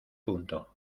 punto